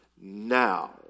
Now